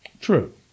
True